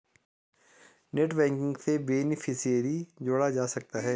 net banking से beneficiary जोड़ा जा सकता है